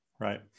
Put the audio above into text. Right